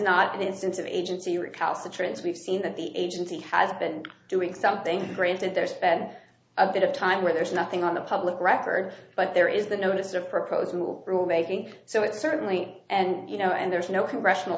not an instance of agency recalcitrance we've seen that the agency has been doing something granted there's been a bit of time where there's nothing on the public record but there is the notice of proposed rulemaking so it's certainly and you know and there's no congressional